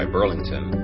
Burlington